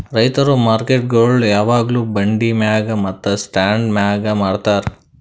ರೈತುರ್ ಮಾರುಕಟ್ಟೆಗೊಳ್ ಯಾವಾಗ್ಲೂ ಬಂಡಿ ಮ್ಯಾಗ್ ಮತ್ತ ಸ್ಟಾಂಡ್ ಮ್ಯಾಗ್ ಮಾರತಾರ್